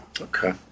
okay